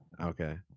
Okay